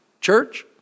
church